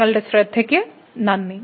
നിങ്ങളുടെ ശ്രദ്ധയ്ക്ക് നന്ദി